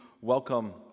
welcome